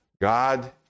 God